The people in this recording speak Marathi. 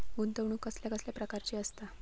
गुंतवणूक कसल्या कसल्या प्रकाराची असता?